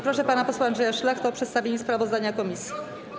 Proszę pana posła Andrzeja Szlachtę o przedstawienie sprawozdania komisji.